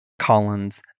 Collins